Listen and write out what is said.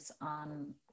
on